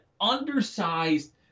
undersized